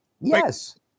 Yes